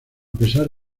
pesar